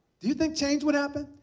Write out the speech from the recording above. do you think change would happen?